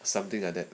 something like that